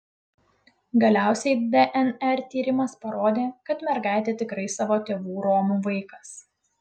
galiausiai dnr tyrimas parodė kad mergaitė tikrai savo tėvų romų vaikas